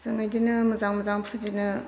जों बेदिनो मोजां मोजां फुजिनो